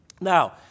Now